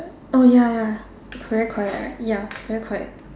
oh ya ya correct correct right ya correct correct